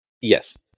Yes